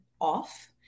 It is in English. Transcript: off